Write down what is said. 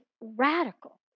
radical